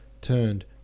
turned